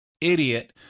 idiot